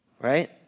Right